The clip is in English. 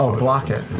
ah block it.